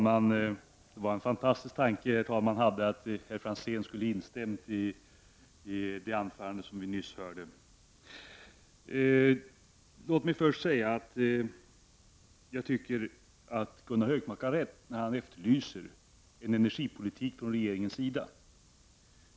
Herr talman! Låt mig först säga att jag tycker att Gunnar Hökmark har rätt när han efterlyser en energipolitik från regeringens sida.